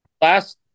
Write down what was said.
last